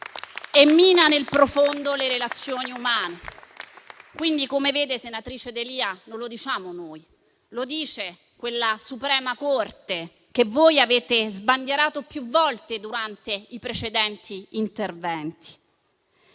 e mina nel profondo le relazioni umane». Come vede, senatrice D'Elia, non lo diciamo noi, lo dice quella suprema Corte che voi avete sbandierato più volte durante i precedenti interventi.